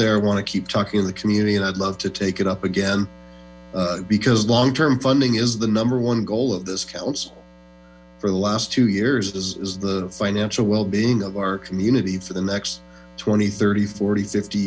there i want to keep talking to the community i'd love to take it up again because long term funding is the number one goal of this council for the last two years is the financial well being of our community for the next twenty thirty forty fifty